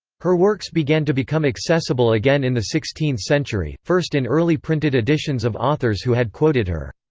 her works began to become accessible again in the sixteenth century, first in early printed editions of authors who had quoted her.